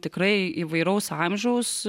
tikrai įvairaus amžiaus